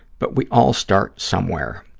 but we all start somewhere.